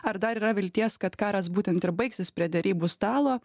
ar dar yra vilties kad karas būtent ir baigsis prie derybų stalo